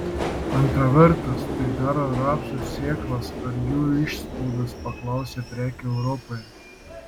antra vertus tai daro rapsų sėklas ar jų išspaudas paklausia preke europoje